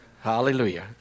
Hallelujah